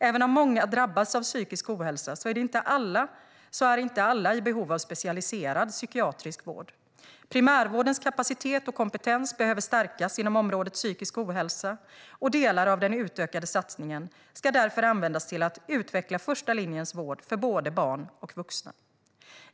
Även om många drabbas av psykisk ohälsa är inte alla i behov av specialiserad psykiatrisk vård. Primärvårdens kapacitet och kompetens behöver stärkas inom området psykisk ohälsa, och delar av den utökade satsningen ska därför användas till att utveckla första linjens vård för både barn och vuxna.